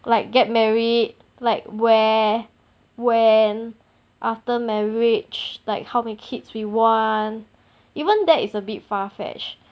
like get married like where when after marriage like how many kids we want even that is a bit far fetch